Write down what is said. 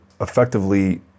effectively